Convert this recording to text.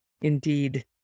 indeed